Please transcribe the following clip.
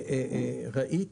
ראית